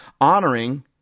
honoring